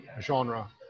genre